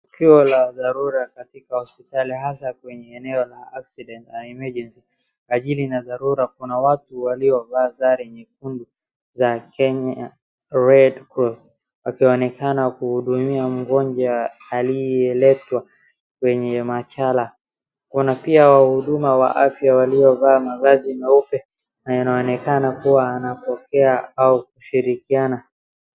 Tukio la dharura katika hospitali hasa kwenye eneo la accident and emergency eneo la dharula kuna watu waliovaa sare nyekundu za Kenya Redcross wakionekana kuhudumia mgonjwa aliyeletwa kwenye machela, kuna pia wahudumu wa afya waliovaa mavazi meupe na yanaonekana kuwa anapokea au kushirikiana.